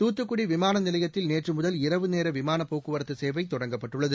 தூத்துக்குடி விமான நிலையத்தில் நேற்று முதல் இரவு நேர விமான போக்குவரத்து சேவை தொடங்கப்பட்டுள்ளது